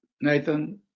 Nathan